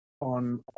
on